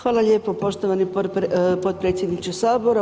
Hvala lijepo poštovani potpredsjedniče Sabora.